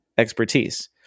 expertise